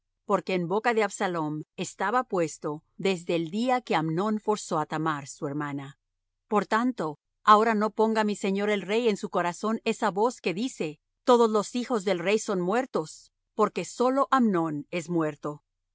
porque en boca de absalom estaba puesto desde el día que amnón forzó á thamar su hermana por tanto ahora no ponga mi señor el rey en su corazón esa voz que dice todos los hijos del rey son muertos porque sólo amnón es muerto